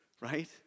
right